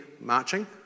marching